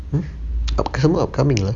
upcome upcoming lah